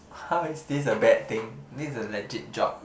how is this a bad thing this is a legit job